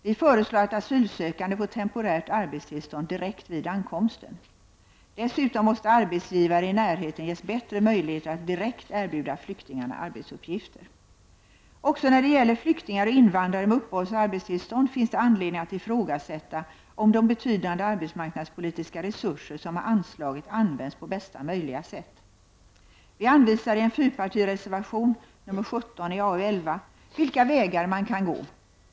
Vi föreslår att asylsökande får temporärt arbetstillstånd direkt vid ankomsten. Dessutom måste arbetsgivare i närheten ges bättre möjligheter att direkt erbjuda flyktingarna arbetsuppgifter. Också när det gäller flyktingar och invandrare med uppehållsoch arbetstillstånd finns det anledning att ifrågasätta om de betydande arbetsmarknadspolitiska resurser som har anslagits används på bästa möjliga sätt. Vi anvisar i en fyrpartireservation, nr 17 i AU11, vilka vägar man kan gå.